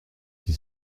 qui